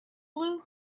blue